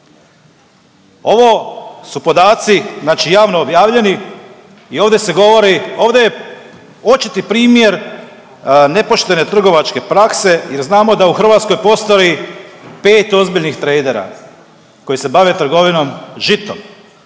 Ovo su podaci znači javno objavljeni i ovdje se govori, ovdje je očiti primjer nepoštene trgovačke prakse jer znamo da u Hrvatskoj postoji 5 ozbiljnih trejdera koji se bave trgovinom žitom